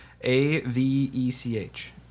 A-V-E-C-H